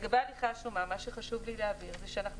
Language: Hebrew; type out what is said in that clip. לגבי הליכי השומה מה שחשוב לי להבהיר זה שאנחנו